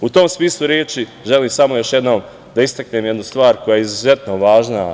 U tom smislu reči želim samo još jednom da istaknem jednu stvar koja je izuzetno važna.